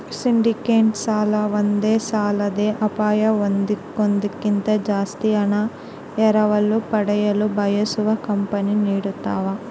syndicated ಸಾಲ ಒಂದೇ ಸಾಲದಲ್ಲಿ ಅಪಾಯ ಹೊಂದೋದ್ಕಿಂತ ಜಾಸ್ತಿ ಹಣ ಎರವಲು ಪಡೆಯಲು ಬಯಸುವ ಕಂಪನಿ ನೀಡತವ